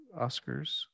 Oscars